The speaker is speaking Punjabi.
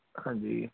ਹਾਂਜੀ